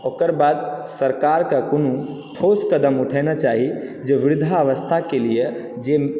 ओकर बाद सरकार के कोनो ठोस कदम उठेना चाही जे वृद्धावस्था के लिए जे